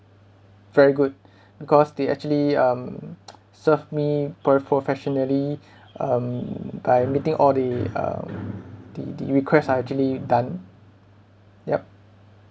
very good because they actually um served me per professionally um by meeting all the uh the the request I've actually done yup